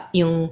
yung